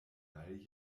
medaille